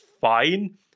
fine